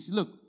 Look